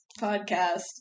podcast